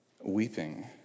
weeping